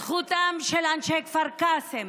זכותם של אנשי כפר קאסם